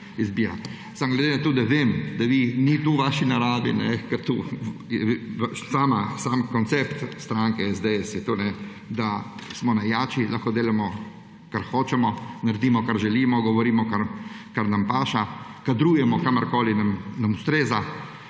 Samo glede na to, da vem, da ni to v vaši naravi, ker sam koncept stranke SDS je, da smo najjači, lahko delamo kar hočemo, naredimo, kar želimo, govorimo, kar nam paše, kadrujemo, kjer nam ustreza,